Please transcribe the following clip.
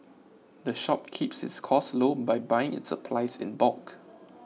the shop keeps its costs low by buying its supplies in bulk